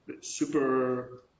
super